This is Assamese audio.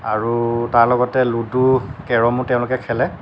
আৰু তাৰ লগতে লুডু কেৰমো তেওঁলোকে খেলে